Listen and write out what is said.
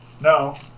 No